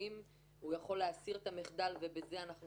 תשלומים האם הוא יכול להסיר את המחדל ובזה אנחנו